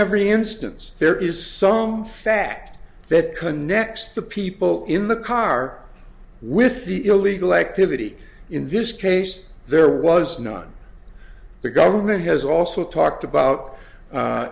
every instance there is some fact that connects the people in the car with the illegal activity in this case there was none the government has also talked about